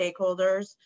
stakeholders